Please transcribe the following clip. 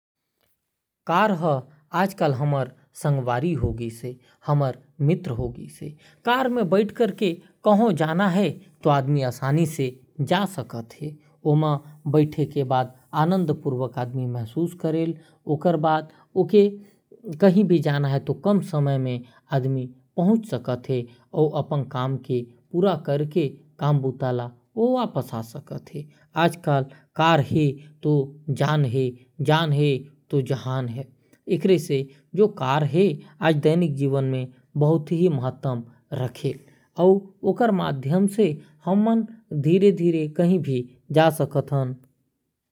कर हर आज कल हमर संगवारी होगिस है हमर मित्र होगाइस है। कार में बैठ कर कही जाना है तो आदमी जा सकत है आराम से बैठ के जा सकत है। और कम समय में आ जा सकत है। एकर बर तो कार है तो जान है जान है तो जहान है। कार हमर दैनिक जीवन में बहुत महत्व रखेल कार में हमन धीरे धीरे कहीं भी जा सकत ही।